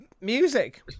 music